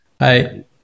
Hi